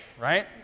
right